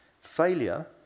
Failure